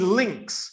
links